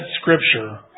Scripture